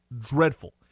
dreadful